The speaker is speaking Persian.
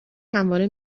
همواره